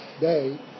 day